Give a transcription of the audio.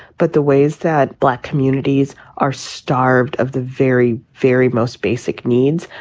but the ways that black communities are starved of the very, very most basic needs,